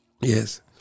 Yes